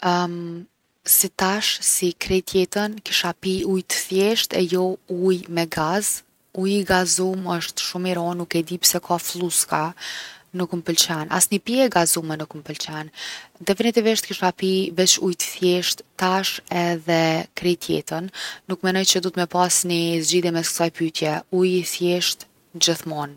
si tash si krejt jetën, kisha pi ujë t’thjeshtë e jo ujë me gaz. Uji i gazum osht shumë i ron, nuk e di pse ka flluska, nuk m’pëlqen. Asni pije e gazume nuk m’pëlqen. Definitivisht kisha pi veq ujë t’thjeshtë tash edhe krejt jetën. Nuk menoj që duhet me pas ni zgjidhje mes ksaj pytje, uji i thjeshtë, gjithmonë.